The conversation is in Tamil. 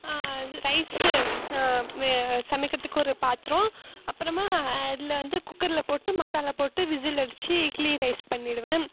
ரைஸு சமைக்கிறத்துக்கு ஒரு பாத்திரோம் அப்புறமா அதில் வந்து குக்கரில் போட்டு மசாலாப் போட்டு விசிலில் வச்சு இட்லி ரைஸ் பண்ணிவிடுவேன்